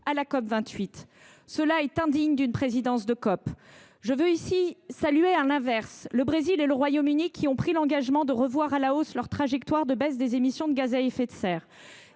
de la COP28. Cela est indigne d’une présidence de COP. À l’inverse, je veux saluer le Brésil et le Royaume Uni, qui ont pris l’engagement de revoir à la hausse leur trajectoire de baisse d’émissions de gaz à effet de serre.